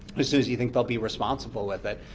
as soon as you think they'll be responsible with it,